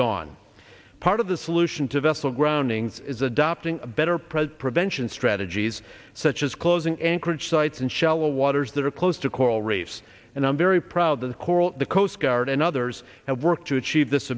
gone part of the solution to vessel grounding is adopting better present prevention strategies such as closing anchorage sites and shallow waters that are close to coral reefs and i'm very proud of the coral the coast guard and others have worked to achieve this